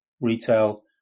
Retail